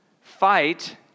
fight